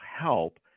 help